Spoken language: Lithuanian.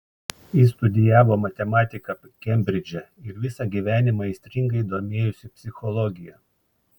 jis studijavo matematiką kembridže ir visą gyvenimą aistringai domėjosi psichologija